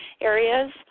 areas